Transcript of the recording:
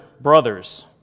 brothers